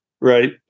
right